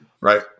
Right